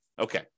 Okay